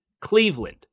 Cleveland